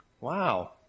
Wow